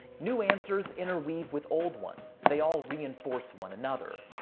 new answers interweave with old ones, they all reinforce one another.